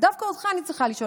ודווקא אותך אני צריכה לשאול.